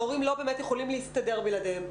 ההורים לא באמת יכולים להסתדר בלעדיהם.